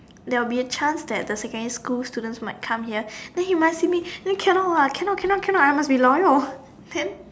there will be a chance that the secondary school students might come here then he might see me then cannot what cannot cannot cannot I must be loyal then